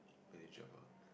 manageable